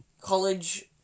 college